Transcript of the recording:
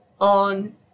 on